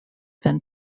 than